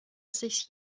sich